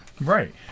Right